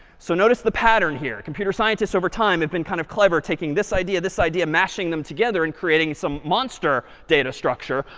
so notice the pattern here. computer scientists over time have been kind of clever taking this idea, this idea, mashing them together and creating some monster data structure,